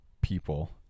people